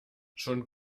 schon